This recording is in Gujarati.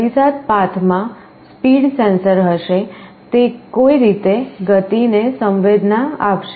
પ્રતિસાદ પાથમાં સ્પીડ સેન્સર હશે તે કોઈ રીતે ગતિને સંવેદના આપશે